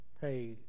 hey